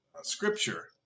scripture